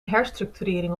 herstructurering